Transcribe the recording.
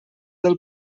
del